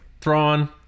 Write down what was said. Thrawn